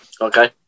Okay